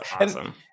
awesome